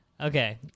Okay